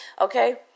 okay